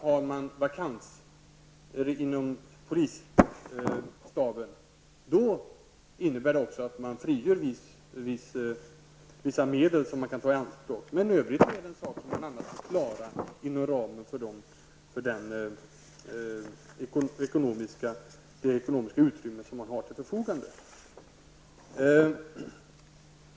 Har man vakanser inom polisstaben innebär det att medel frigörs som man kan ta i anspråk. I övrigt är det en sak som man får klara inom ramen för det ekonomiska utrymme som man har till förfogande.